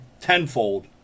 tenfold